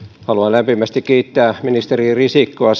haluan lämpimästi kiittää ministeri risikkoa